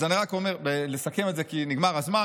אז רק לסכם את זה, כי נגמר הזמן.